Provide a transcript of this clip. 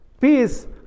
peace